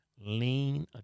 lean